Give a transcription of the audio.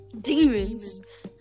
Demons